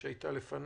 שהייתה לפניו,